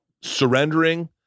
surrendering